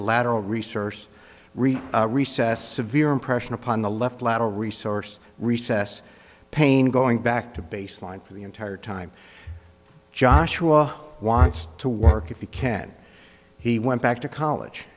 lateral resurface recess severe impression upon the left lateral resource recess pain going back to baseline for the entire time joshua wants to work if he can he went back to college